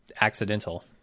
accidental